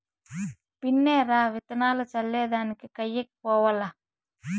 బిన్నే రా, విత్తులు చల్లే దానికి కయ్యకి పోవాల్ల